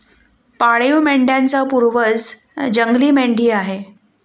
पाळीव मेंढ्यांचा पूर्वज जंगली मेंढी आहे